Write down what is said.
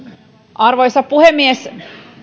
arvoisa puhemies